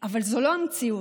אבל זו לא המציאות.